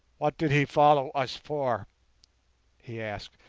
what did he follow us for he asked.